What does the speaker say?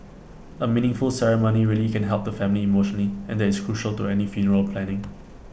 A meaningful ceremony really can help the family emotionally and that is crucial to any funeral planning